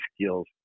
skills